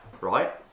right